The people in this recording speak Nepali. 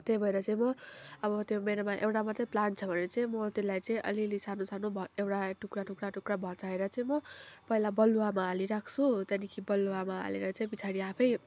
त्यही भएर चाहिँ म अब म त्यो मेरोमा एउटा मात्रै प्लान्ट छ भने चाहिँ म त्यसलाई चाहिँ अलि अलि सानो सानो एउटा टुक्रा टुक्रा टुक्रा भँचाएर चाहिँ म पहिला बलुवामा हाली राख्छु त्यहाँदेखि बलुवामा हालेर चाहिँ पछाडि आफै